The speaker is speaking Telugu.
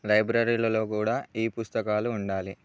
లైబ్రరీలలో కూడా ఈ పుస్తకాలు ఉండాలి